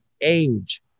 age